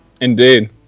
Indeed